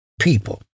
people